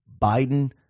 Biden